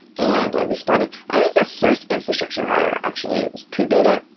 and i responded. i was her first infrastructure hire, actually. it was pretty beta.